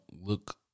look